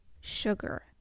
sugar